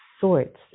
sorts